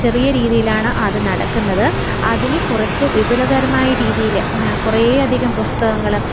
ചെറിയ രീതിയിലാണ് അത് നടക്കുന്നത് അതിന് കുറച്ച് വിപുലകരമായ രീതിയിൽ കുറേയധികം പുസ്തകങ്ങളും